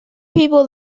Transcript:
people